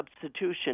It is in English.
substitution